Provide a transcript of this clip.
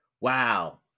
wow